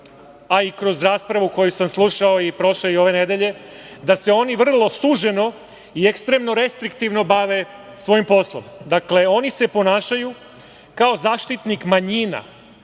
a i kroz raspravu koju sam slušao i prošle i ove nedelje, da se oni vrlo suženo i ekstremno restriktivno bave svojim poslom. Dakle, oni se ponašaju kao zaštitnik manjina